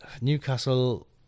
newcastle